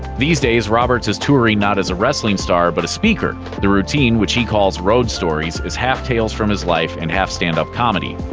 these days, roberts is touring not as a wrestling star, but a speaker. the routine, which he calls road stories, is half tales from his life, and half stand-up comedy.